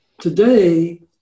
Today